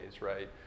right